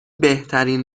بهترین